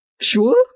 Sure